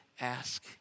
ask